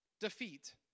defeat